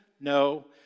No